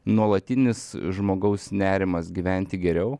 nuolatinis žmogaus nerimas gyventi geriau